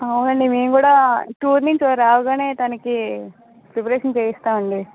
అవునండి మేము కూడా టూర్ నుంచి రాగానే తనకి ప్రిపరేషన్ చేయిస్తామండి